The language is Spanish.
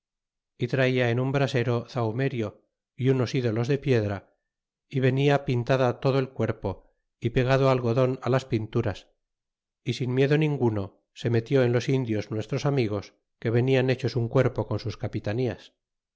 y traía en un brasero zahumerio y unos ídolos de piedra y venia pintada todo el cuerpo y pegado algodon á las pinturas y sin miedo ninguno se metió en los indios nuestros amigos que venian hechos un cuerpo con sus capitanías